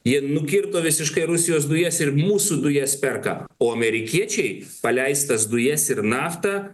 jie nugirdo visiškai rusijos dujas ir mūsų dujas perka o amerikiečiai paleistas dujas ir naftą